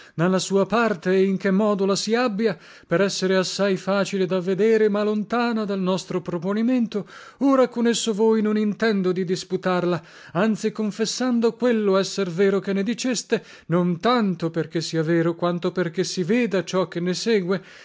la sua parte e in che modo la si abbia per essere assai facile da vedere ma lontana dal nostro proponimento ora con esso voi non intendo di disputarla anzi confessando quello esser vero che ne diceste non tanto perché sia vero quanto perché si veda ciò che ne segue